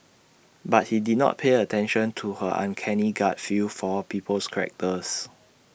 but he did not pay attention to her uncanny gut feel for people's characters